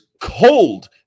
cold